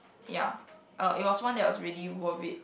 ya it was one that was really worth it